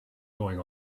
going